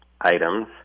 items